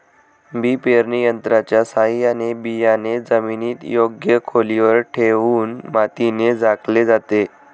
बी पेरणी यंत्राच्या साहाय्याने बियाणे जमिनीत योग्य खोलीवर ठेवून मातीने झाकले जाते